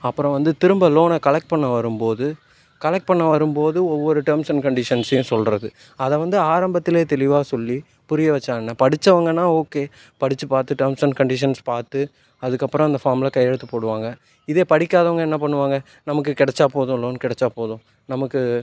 அப்புறம் வந்து திரும்ப லோனை கலெக்ட் பண்ண வரும் போது கலெக்ட் பண்ண வரும் போது ஒவ்வொரு டேர்ம்ஸ் அண்ட் கண்டீஷன்ஸையும் சொல்கிறது அதை வந்து ஆரம்பத்துலேயே தெளிவாக சொல்லி புரிய வச்சா என்ன படிச்சவங்கன்னா ஓகே படித்து பார்த்து டெர்ம்ஸ் அண்ட் கண்டிஷன்ஸ் பார்த்து அதுக்கப்புறம் அந்த ஃபார்மில் கையெழுத்து போடுவாங்கள் இதே படிக்காதவங்க என்ன பண்ணுவாங்கள் நமக்கு கிடச்சா போதும் லோன் கிடச்சா போதும் நமக்கு